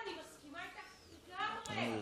זה